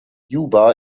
juba